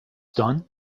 done